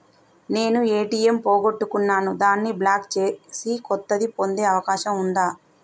నేను ఏ.టి.ఎం పోగొట్టుకున్నాను దాన్ని బ్లాక్ చేసి కొత్తది పొందే అవకాశం ఉందా?